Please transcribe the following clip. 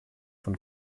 von